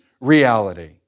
reality